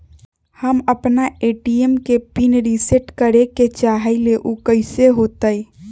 हम अपना ए.टी.एम के पिन रिसेट करे के चाहईले उ कईसे होतई?